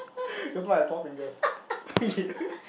just like mine had Four Fingers